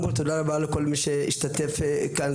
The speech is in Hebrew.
קודם כל תודה רבה לכל מי שהשתתף כאן.